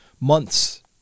months